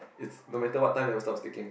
it's no matter what time they will stop sticking